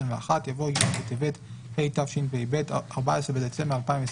יבוא "י' בטבת התשפ״ב (14 בדצמבר 2021)